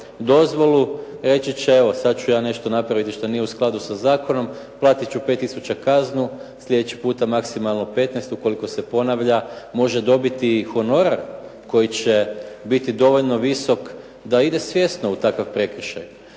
dozvolu reći će evo sad ću ja nešto napraviti što nije u skladu sa zakonom, platiti ću 5 tisuća kaznu, slijedeći puta maksimalno 15 ukoliko se ponavlja, može dobiti i honorar koji će biti dovoljno visok da ide svjesno u takav prekršaj,